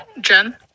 jen